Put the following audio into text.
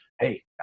hey